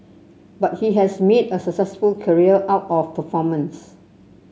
but he has made a successful career out of performance